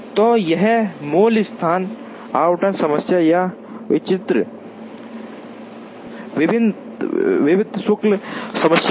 तो यह मूल स्थान आवंटन समस्या या निश्चित शुल्क समस्या है